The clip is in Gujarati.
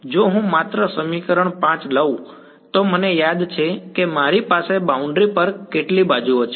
જો હું માત્ર સમીકરણ 5 લઉં તો મને યાદ છે કે મારી પાસે બાઉન્ડ્રી પર કેટલી બાજુ છે